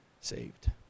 saved